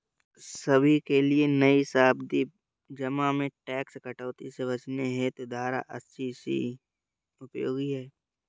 सभी के लिए नई सावधि जमा में टैक्स कटौती से बचने हेतु धारा अस्सी सी उपयोगी है